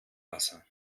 wasser